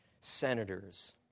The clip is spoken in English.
senators